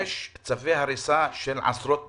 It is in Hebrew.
יש צווי הריסה של עשרות בתים.